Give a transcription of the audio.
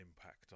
impact